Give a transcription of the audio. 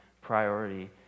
priority